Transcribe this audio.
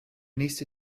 nächste